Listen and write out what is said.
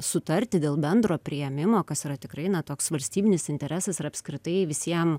sutarti dėl bendro priėmimo kas yra tikrai na toks valstybinis interesas ir apskritai visiem